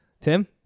Tim